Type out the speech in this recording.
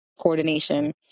coordination